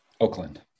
Oakland